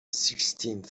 sixteenth